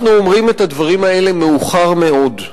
אנחנו אומרים את הדברים האלה מאוחר מאוד.